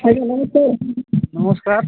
hello ନମସ୍କାର ନମସ୍କାର